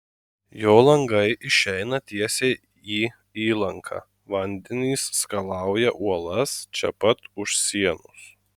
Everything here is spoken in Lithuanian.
jo langai išeina tiesiai į įlanką vandenys skalauja uolas čia pat už sienos